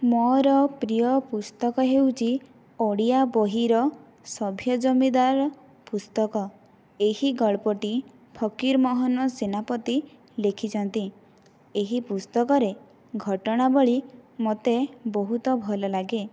ମୋର ପ୍ରିୟ ପୁସ୍ତକ ହେଉଛି ଓଡ଼ିଆ ବହିର ସଭ୍ୟ ଜମିଦାର ପୁସ୍ତକ ଏହି ଗଳ୍ପଟି ଫକିରମୋହନ ସେନାପତି ଲେଖିଛନ୍ତି ଏହି ପୁସ୍ତକରେ ଘଟଣାବଳୀ ମୋତେ ବହୁତ ଭଲ ଲାଗେ